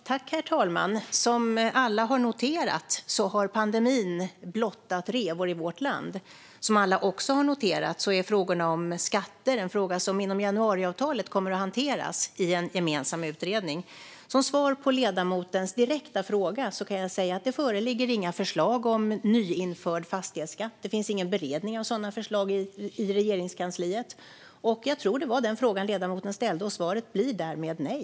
Herr talman! Som alla har noterat har pandemin blottat revor i vårt land. Som alla också har noterat är skatter en fråga som inom januariavtalet kommer att hanteras i en gemensam utredning. Som svar på ledamotens direkta fråga kan jag säga att det inte föreligger några förslag om återinförd fastighetsskatt. Det finns ingen beredning av sådana förslag i Regeringskansliet. Jag tror att det var den frågan ledamoten ställde. Svaret blir därmed: Nej.